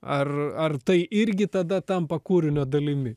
ar ar tai irgi tada tampa kūrinio dalimi